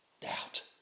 doubt